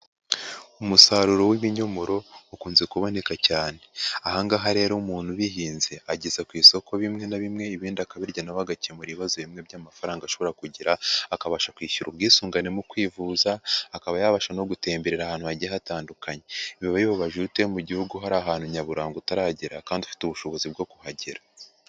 Umusaruro w'ibinyomoro, ukunze kuboneka cyane. Aha ngaha rero umuntu ubihinze, ageza ku isoko bimwe na bimwe, ibindi akabirya na we agakemura ibibazo bimwe by'amafaranga ashobora kugira, akabasha kwishyura ubwisungane mu kwivuza, akaba yabasha no gutemberera ahantu hagiye hatandukanye. Biba bibabaje iyo utuye mu gihugu hari ahantu nyaburanga utaragera kandi ufite ubushobozi bwo kuhagera.